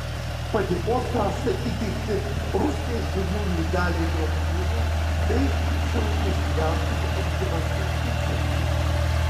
padėkos raštai įteikti rusnės seniūnei daliai drobnienei bei šilutės gyventojui algimantui idzeliui